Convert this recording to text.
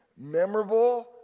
memorable